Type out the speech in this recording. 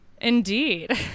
Indeed